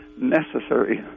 necessary